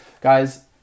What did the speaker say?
Guys